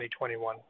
2021